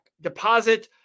deposit